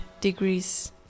degrees